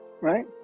right